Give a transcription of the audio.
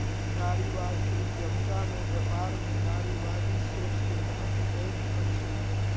नारीवादी उद्यमिता में व्यापार में नारीवादी सोच के महत्त्व दैत अछि